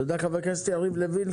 תודה, חבר הכנסת יריב לוין.